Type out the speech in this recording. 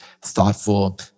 thoughtful